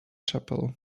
chapel